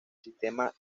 sistema